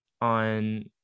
on